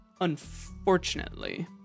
unfortunately